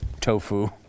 tofu